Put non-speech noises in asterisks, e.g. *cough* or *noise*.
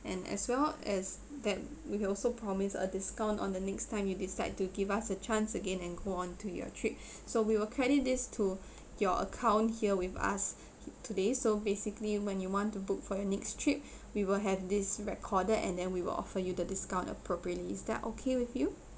and as well as that we can also promise a discount on the next time you decide to give us a chance again and go on to your trip *breath* so we will credit this to your account here with us today so basically when you want to book for your next trip we will have this recorded and then we will offer you the discount appropriately is that okay with you